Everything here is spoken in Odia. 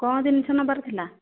କ'ଣ ଜିନିଷ ନେବାର ଥିଲା